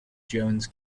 jones